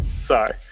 sorry